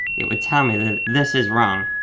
it would tell me that this is wrong.